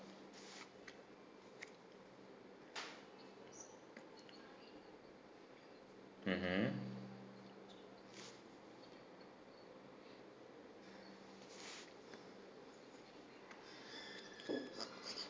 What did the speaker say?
mmhmm